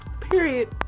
Period